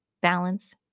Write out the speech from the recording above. balance